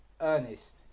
Ernest